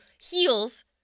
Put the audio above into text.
heels